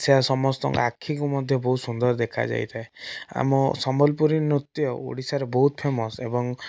ଯାହା ସମସ୍ତଙ୍କ ଆଖିକୁ ମଧ୍ୟ ବହୁତ ସୁନ୍ଦର ଦେଖାଯାଇଥାଏ ଆମ ସମ୍ବଲପୁରୀ ନୃତ୍ୟ ଓଡ଼ିଶାରେ ବହୁତ ଫେମସ ଏବଂ